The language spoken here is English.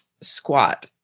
squat